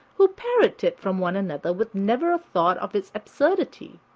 who parrot it from one another with never a thought of its absurdity.